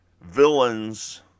villains